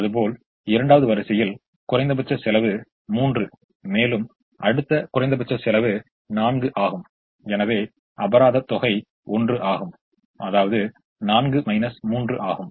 அதுபோல் இரண்டாவது வரிசையில் குறைந்தபட்ச செலவு 3 மேலும் அடுத்த குறைந்தபட்ச செலவு 4 ஆகும் எனவே அபராதம் தொகை 1 ஆகும் அதாவது 4 3 ஆகும்